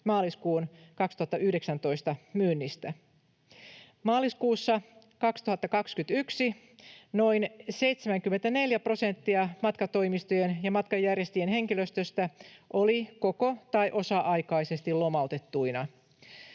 maaliskuun 2019 myynnistä. Maaliskuussa 2021 noin 74 prosenttia matkatoimistojen ja matkanjärjestäjien henkilöstöstä oli koko- tai osa-aikaisesti lomautettuna.